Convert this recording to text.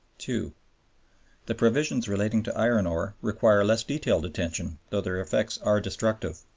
two the provisions relating to iron-ore require less detailed attention, though their effects are destructive.